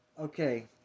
Okay